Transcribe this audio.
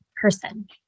person